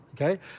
okay